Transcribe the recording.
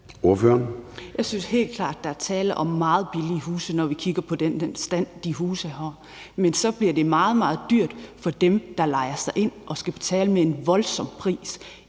Jeg synes helt klart, at der er tale om meget billige huse, når vi kigger på den stand, de huse har. Men så bliver det meget, meget dyrt for dem, der lejer sig ind og skal betale en voldsom pris